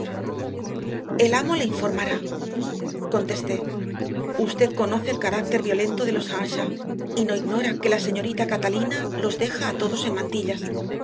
el amo le informará contesté usted conoce el carácter violento de los earnshaw y no ignora que la señorita catalina los deja a todos en mantillas